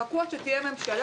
תחכו עד שתהיה ממשלה.